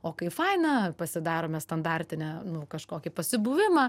o kai faina pasidarome standartinę nu kažkokį pasibuvimą